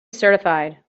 certified